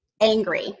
angry